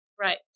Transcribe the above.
Right